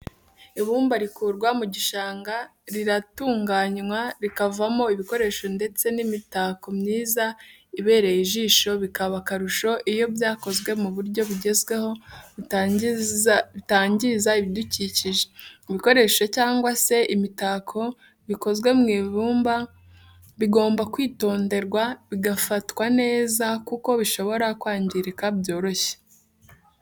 Ibumba rikurwa mu gishanga riratunganywa rikavamo ibikoresho ndetse n'imitako myiza ibereye ijisho bikaba akarusho iyo byakozwe mu buryo bugezweho butangiza ibidukikije. ibikoresho cyangwa se imitako bikozwe mu ibumba bigomba kwitonderwa bigafatwa neza kuko bishobora kwangirika byoroshye.